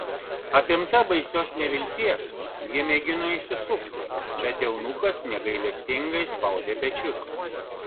apimta baisios nevilties ji mėgino išsisukti bet eunuchas negailestingai spaudė pečius